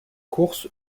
course